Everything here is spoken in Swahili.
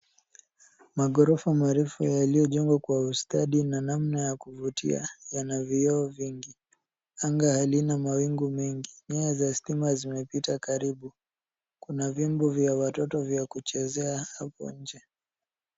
Magorofa marefu yaliyojengwa kwa ustadi na namna ya kuvutia, yana vioo vingi. Anga halina mawingu mengi. Nyaya za stima zimepita karibu. Kuna vyombo vya watoto vya kuchezea hapo nje.